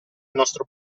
nostro